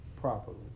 properly